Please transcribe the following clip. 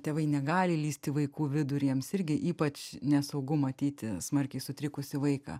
tėvai negali įlįsti į vaikų vidų ir jiems irgi ypač nesaugu matyti smarkiai sutrikusį vaiką